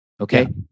Okay